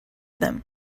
them